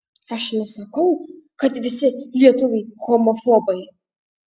aš nesakau kad visi lietuviai homofobai